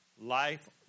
Life